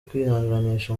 kwihanganisha